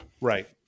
right